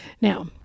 Now